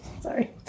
sorry